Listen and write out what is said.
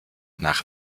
nach